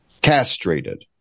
castrated